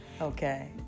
okay